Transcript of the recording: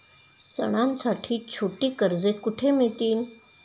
सणांसाठी छोटी कर्जे कुठे मिळतील?